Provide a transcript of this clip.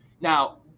Now